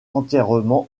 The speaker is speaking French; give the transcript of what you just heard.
entièrement